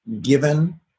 given